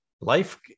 life